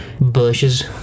bushes